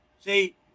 See